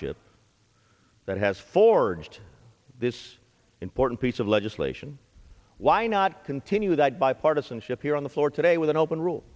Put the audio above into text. ship that has forged this important piece of legislation why not continue that bipartisanship here on the floor today with an open rule